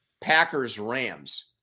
Packers-Rams